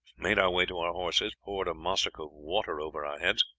made our way to our horses, poured a mussuk of water over our heads,